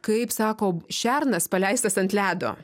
kaip sako šernas paleistas ant ledo